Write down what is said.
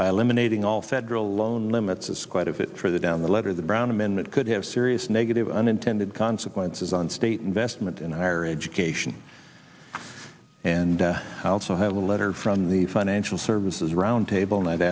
by eliminating all federal loan limits quite a bit further down the letter the brown amendment could have serious negative unintended consequences on state investment in our education and i also have a letter from the financial services roundtable and i'd